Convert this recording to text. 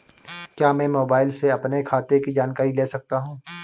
क्या मैं मोबाइल से अपने खाते की जानकारी ले सकता हूँ?